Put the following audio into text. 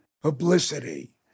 publicity